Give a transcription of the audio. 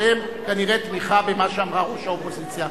שזו כנראה תמיכה במה שאמרה ראש האופוזיציה.